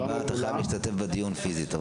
בפעם הבאה אתה חייב להשתתף בדיון פיזית,